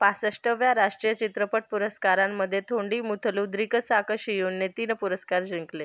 पासष्ठव्या राष्ट्रीय चित्रपट पुरस्कारांमध्ये थोंडिमुथलूं द्रिकसाकशियूंने तीन पुरस्कार जिंकले